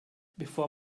bevor